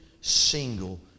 single